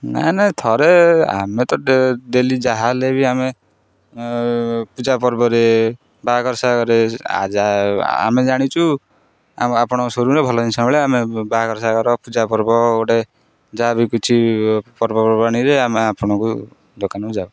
ନାଇଁ ନାଇଁ ଥରେ ଆମେ ତ ଡେଲି ଯାହା ହେଲେ ବି ଆମେ ପୂଜାପର୍ବରେ ବାହାଘର ସାହାଗରରେ ଆମେ ଜାଣିଛୁ ଆମ ଆପଣଙ୍କ ସୋରୁମରେ ଭଲ ଜିନିଷ ମିଳେ ଆମେ ବାହାଘର ସାହାଗରରେ ପୂଜା ପର୍ବ ଗୋଟେ ଯାହା କିଛି ପର୍ବପର୍ବାଣିରେ ଆମେ ଆପଣଙ୍କ ଦୋକାନକୁ ଯାଉ